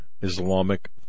Islamic